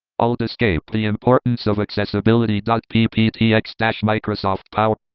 alt, escape, the importance of accessibility dot p p t x dash microsoft powerpoint,